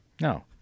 No